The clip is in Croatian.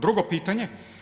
Drugo pitanje.